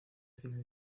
cine